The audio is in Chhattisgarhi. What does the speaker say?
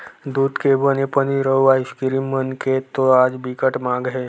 दूद के बने पनीर, अउ आइसकीरिम मन के तो आज बिकट माग हे